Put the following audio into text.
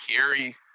carry